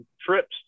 trips